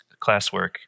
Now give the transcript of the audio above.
classwork